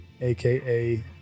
AKA